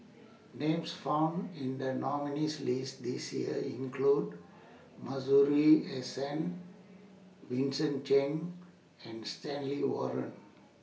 Names found in The nominees' list This Year include Masuri S N Vincent Cheng and Stanley Warren